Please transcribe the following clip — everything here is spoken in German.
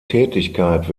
tätigkeit